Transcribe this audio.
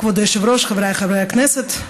כבוד היושב-ראש, חבריי חברי הכנסת,